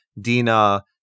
Dina